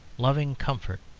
loving comfort,